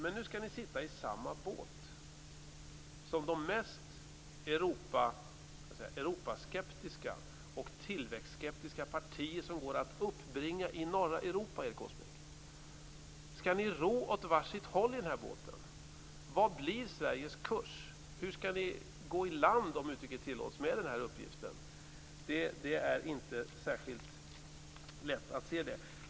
Men nu skall ni sitta i samma båt som de mest Europaskeptiska och tillväxtskeptiska partier som går att uppbringa i norra Europa, Erik Åsbrink. Skall ni ro åt var sitt håll i denna båt? Vad blir Sveriges kurs? Hur skall ni gå i land - om uttrycket tillåts - med den här uppgiften? Det är inte särskilt lätt att se.